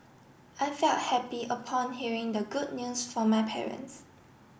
I felt happy upon hearing the good news from my parents